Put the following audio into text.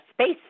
space